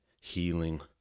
healing